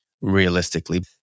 realistically